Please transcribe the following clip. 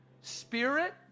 spirit